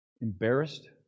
embarrassed